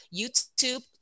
YouTube